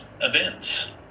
events